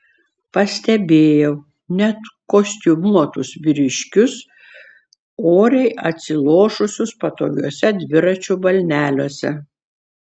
pastebėjau net kostiumuotus vyriškius oriai atsilošusius patogiuose dviračių balneliuose